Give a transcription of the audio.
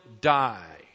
die